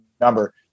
number